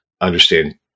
understand